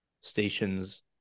stations